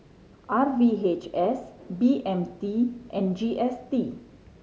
R V H S B M T and G S T